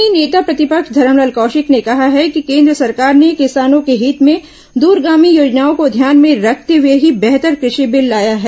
वहीं नेता प्रतिपक्ष धरमलाल कौशिक ने कहा है कि केन्द्र सरकार ने किसानों के हित में दूरगामी योजनाओं को ध्यान में रखते हुए ही बेहतर कृषि बिल लाया है